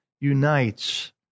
unites